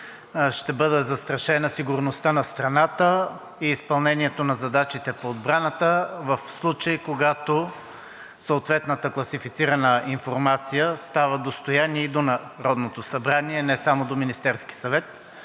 ще бъде застрашена сигурността на страната и изпълнението на задачите по отбраната в случаи, когато съответната класифицирана информация става достояние и до Народното събрание, а не само до Министерския съвет.